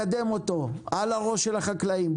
ולקדם אותו על הראש של החקלאים,